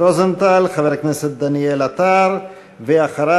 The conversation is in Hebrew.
שאבא יפסיק לדאוג ושאני אהיה שוב מאושרת.